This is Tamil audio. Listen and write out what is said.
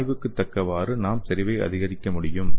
ஆய்வுக்கு தக்கவாறு நாம் செறிவை அதிகரிக்க முடியும்